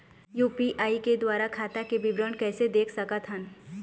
UPI के द्वारा खाता के विवरण कैसे देख सकत हन?